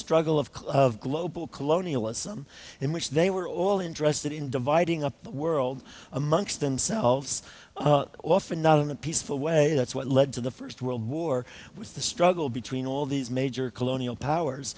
struggle of of global colonialism in which they were all interested in dividing up the world amongst themselves often not in a peaceful way that's what led to the first world war with the struggle between all these major colonial powers